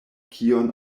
kion